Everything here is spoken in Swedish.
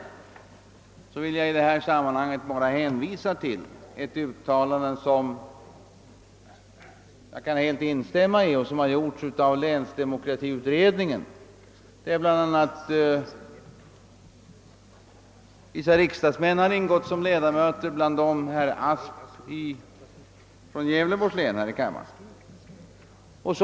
Jag vill i detta sammanhang hänvisa till ett uttalande från länsdemokratiutredningen, vilket jag helt instämmer i. I denna utredning ingick bl.a. vissa riksdagsmän, och en av dem var ledamoten av denna kammare herr Asp från Gävleborgs län.